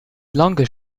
langue